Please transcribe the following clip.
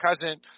cousin